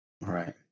Right